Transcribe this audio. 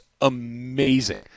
amazing